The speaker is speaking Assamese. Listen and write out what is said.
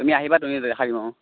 তুমি আহিবা তুমি দেখাই দিম অ